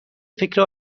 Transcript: فکر